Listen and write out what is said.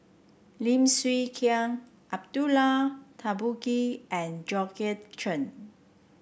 Lim Chwee Chian Abdullah Tarmugi and Georgette Chen